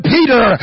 Peter